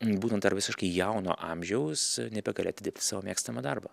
būnant dar visiškai jauno amžiaus nebegali atidirbt savo mėgstamą darbą